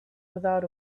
without